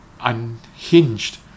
unhinged